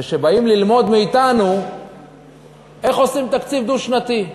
ושבאים ללמוד מאתנו איך עושים תקציב דו-שנתי.